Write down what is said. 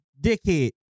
dickhead